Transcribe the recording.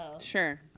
Sure